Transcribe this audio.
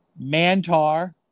Mantar